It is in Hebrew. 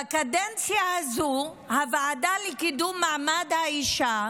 בקדנציה הזו הוועדה לקיום מעמד האישה